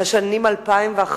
לשנים 2011